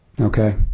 Okay